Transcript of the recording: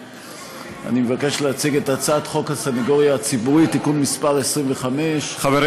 אני מבקש להציג את הצעת חוק הסנגוריה הציבורית (תיקון מס' 25) חברים,